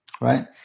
right